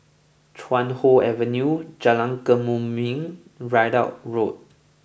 Chuan Hoe Avenue Jalan Kemuning Ridout Road